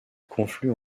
conflue